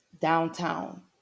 downtown